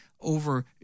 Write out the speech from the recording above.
over